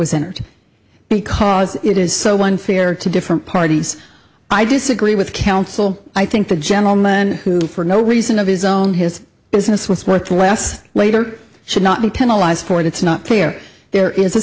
was entered because it is so unfair to different parties i disagree with counsel i think the gentleman who for no reason of his own his business was worth less later should not be penalize for it it's not clear there is a